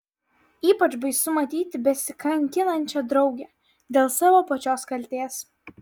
ypač baisu matyti besikankinančią draugę dėl savo pačios kaltės